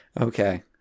Okay